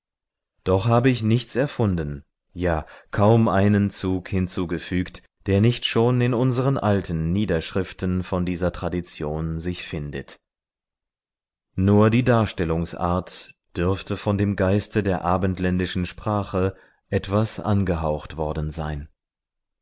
doch habe ich nichts erfunden ja kaum einen zug hinzugefügt der nicht schon in unseren alten niederschriften von dieser tradition sich findet nur die darstellungsart dürfte von dem geiste der abendländischen sprache etwas angehaucht worden sein